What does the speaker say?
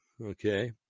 okay